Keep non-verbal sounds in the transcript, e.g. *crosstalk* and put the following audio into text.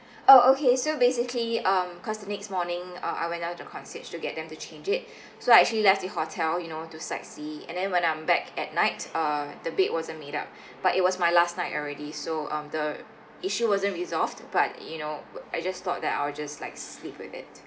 oh okay so basically um because the next morning uh I went down to the concierge to get them to change it *breath* so actually left the hotel you know to sightseeing and then when I'm back at night uh the bed wasn't made *breath* up but it was my last night already so um the issue wasn't resolved but you know I just thought that I will just like sleep with it